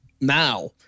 now